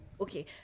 Okay